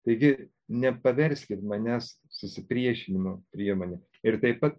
taigi nepaverskit manęs susipriešinimo priemone ir taip pat